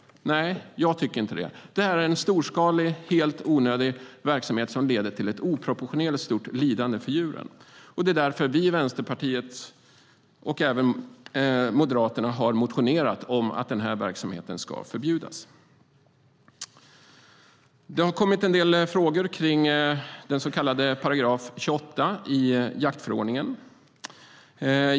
Nej, jag tycker inte det. Det är en storskalig och helt onödig verksamhet som leder till ett oproportionerligt stort lidande för djuren. Det är därför vi i Vänsterpartiet och även Moderaterna har motionerat om att den ska förbjudas. Det har kommit en del frågor kring § 28 i jaktförordningen.